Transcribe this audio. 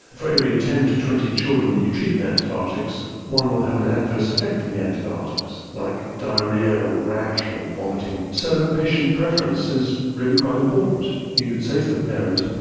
for every ten to twenty children that you treat with antibiotics, one will have an adverse effect from the antibiotics, like diarrhoea or a rash or vomiting. so patient preference is really quite important. you could say to the parent,